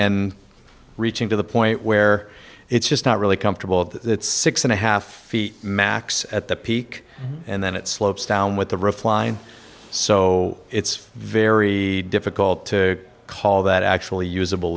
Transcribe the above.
and reaching to the point where it's just not really comfortable that six and a half feet max at the peak and then it slopes down with the roof line so it's very difficult to call that actually usable